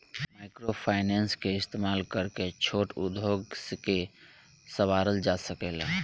microfinance के इस्तमाल करके छोट उद्योग के सवारल जा सकेला